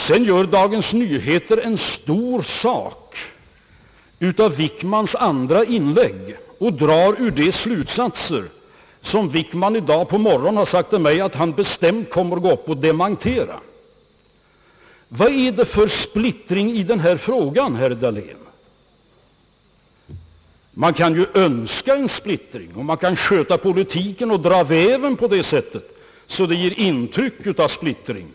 Sedan gör Dagens Nyheter en stor sak av Wickmans andra inlägg och drar ur det slutsatser, som Wickman i dag på morgonen har sagt till mig att han kommer att bestämt dementera. Vad är det för splittring i den här frågan, herr Dahlén? Man kan naturligtvis önska en splittring, sköta oppositionspolitiken och »dra veven» på sådant sätt att det ger intryck av regeringens splittring.